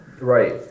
Right